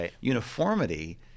Uniformity